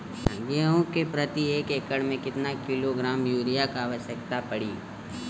गेहूँ के प्रति एक एकड़ में कितना किलोग्राम युरिया क आवश्यकता पड़ी?